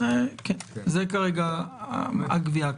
כן, זו כרגע הקביעה.